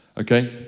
Okay